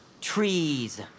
Trees